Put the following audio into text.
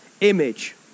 image